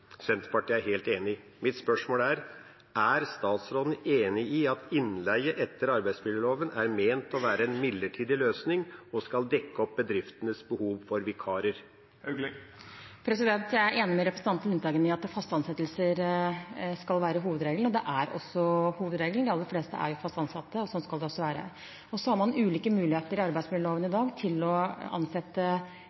Senterpartiet er helt enig. Mitt spørsmål er: Er statsråden enig i at innleie etter arbeidsmiljøloven er ment å være en midlertidig løsning og skal dekke opp bedriftenes behov for vikarer? Jeg er enig med representanten Lundteigen i at faste ansettelser skal være hovedregelen, og det er også hovedregelen. De aller fleste er fast ansatt, og sånn skal det også være. Så har man ut fra arbeidsmiljøloven i dag ulike muligheter